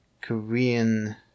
korean